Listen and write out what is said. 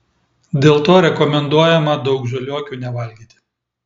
dėl to rekomenduojama daug žaliuokių nevalgyti